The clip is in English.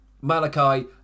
Malachi